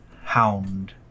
hound